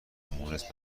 مونس